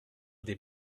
des